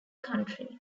country